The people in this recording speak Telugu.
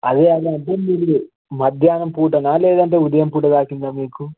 అదే అదే అదే మీరు మధ్యాహ్నం పూటనా లేదంటే ఉదయం పూట తాకిందా మీకు